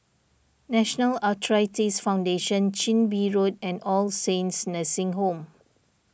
National Arthritis Foundation Chin Bee Road and All Saints Nursing Home